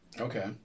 Okay